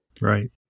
Right